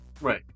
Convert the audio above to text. Right